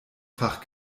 fach